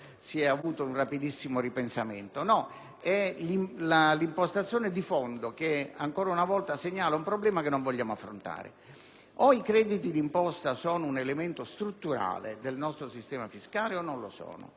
si è avuto un rapidissimo ripensamento. È l'impostazione di fondo che critico perché segnala, ancora una volta, un problema che non vogliamo affrontare. O i crediti d'imposta sono un elemento strutturale del nostro sistema fiscale o non lo sono.